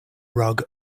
rug